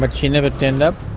but she never turned up.